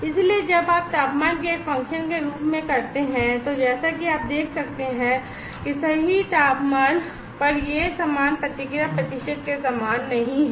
इसलिए जब आप तापमान के एक फंक्शन के रूप में करते हैं तो जैसा कि आप देख सकते हैं कि सभी तापमान पर यह समान प्रतिक्रिया प्रतिशत के समान नहीं है